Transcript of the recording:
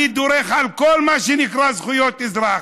אני דורך על כל מה שנקרא זכויות אזרח.